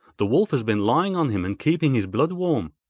the wolf has been lying on him and keeping his blood warm